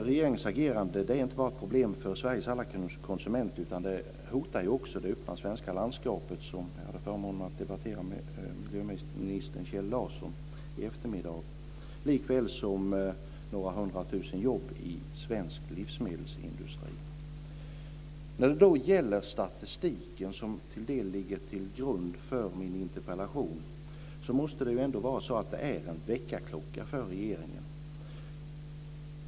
Regeringens agerande är inte bara ett problem för Sveriges konsumenter, utan det hotar också det öppna landskapet - jag hade förmånen att debattera frågan med miljöminister Kjell Larsson i eftermiddags - likväl som några hundratusen jobb i svensk livsmedelsindustri. Statistiken som ligger till grund för min interpellation måste vara en väckarklocka för regeringen.